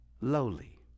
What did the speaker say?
lowly